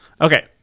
Okay